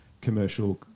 commercial